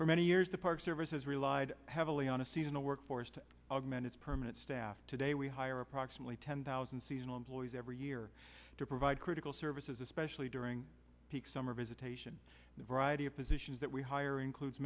for many years the park service has relied heavily on a seasonal workforce to augment its permanent staff today we hire approximately ten thousand seasonal employees every year to provide critical services especially during peak summer visitation the variety of positions that we hire includes